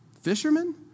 Fishermen